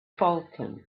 falcon